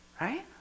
right